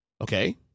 Okay